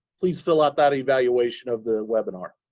please fill out that evaluation of the webinar.